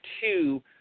two